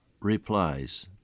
replies